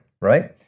right